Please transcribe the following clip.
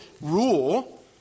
rule